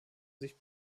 sich